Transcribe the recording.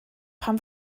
pam